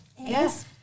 Yes